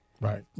Right